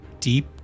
deep